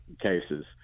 cases